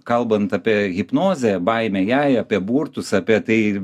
kalbant apie hipnozę baimę jai apie burtus apie tai